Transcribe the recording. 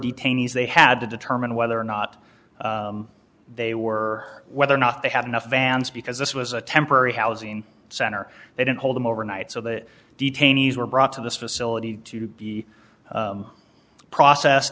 detainees they had to determine whether or not they were whether or not they had enough vans because this was a temporary housing center they didn't hold them overnight so the detainees were brought to this facility to be processed